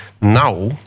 now